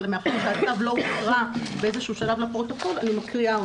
אבל מאחר שהצו לא הוקרא באיזה שלב לפרוטוקול אני מקריאה אותו,